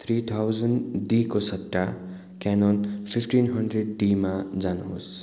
three thousand डीको सट्टा Canon fifteen hundred डीमा जानुहोस्